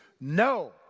no